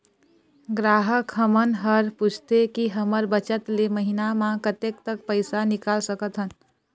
ग्राहक हमन हर पूछथें की हमर बचत ले महीना मा कतेक तक पैसा निकाल सकथन?